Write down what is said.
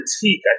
critique